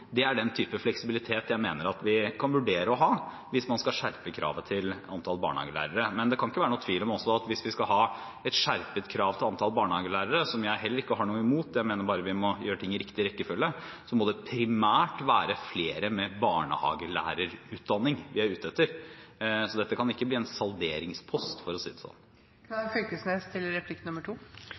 Det er den type fleksibilitet jeg mener vi kan vurdere hvis man skal skjerpe kravet til antall barnehagelærere. Men det kan ikke være noen tvil om at hvis vi skal ha et skjerpet krav til antall barnehagelærere – som jeg heller ikke har noe imot, jeg mener bare vi må gjøre ting i riktig rekkefølge – må det primært være flere med barnehagelærerutdanning vi er ute etter. Dette kan ikke bli en salderingspost, for å si det sånn.